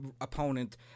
opponent